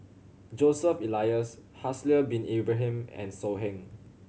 Joseph Elias Haslir Bin Ibrahim and So Heng